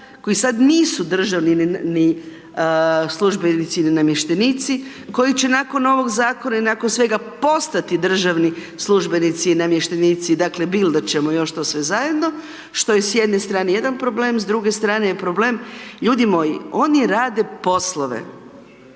koji sad nisu državni službenici ili namještenici, koji će nakon ovog zakona i nakon svega postati državni službenici i namještenici, dakle bildat ćemo još to sve zajedno, što je s jedne strane jedan problem, s druge strane je problem ljudi moji oni rade poslove